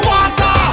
Water